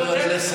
אני מודה לך.